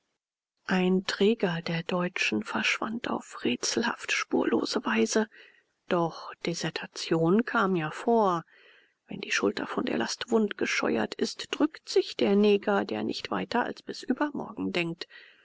ein träger der deutschen verschwand auf rätselhaft spurlose weise doch desertionen kamen ja vor wenn die schulter von der last wund gescheuert ist drückt sich der neger der nicht weiter als bis übermorgen denkt